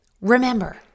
Remember